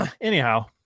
anyhow